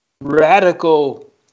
radical